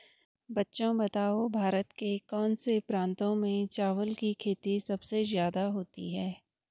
बच्चों बताओ भारत के कौन से प्रांतों में चावल की खेती सबसे ज्यादा होती है?